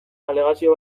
aleazio